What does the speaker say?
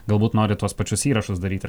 galbūt nori tuos pačius įrašus daryti